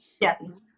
Yes